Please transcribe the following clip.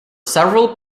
several